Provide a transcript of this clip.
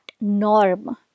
norm